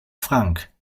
frank